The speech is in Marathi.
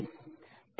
तर हा आहे नियम